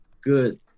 good